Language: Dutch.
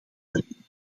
brengen